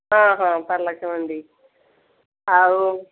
ହଁ ହଁ ପାରଳାଖେମୁଣ୍ଡି ଆଉ